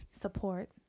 support